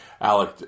Alec